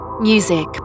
Music